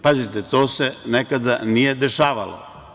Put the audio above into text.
Pazite, to se nekada nije dešavalo.